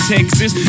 Texas